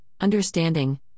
understanding